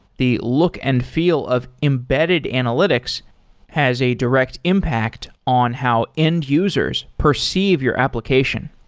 the look and feel of embedded analytics has a direct impact on how end-users perceive your application.